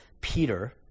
Peter